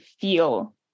feel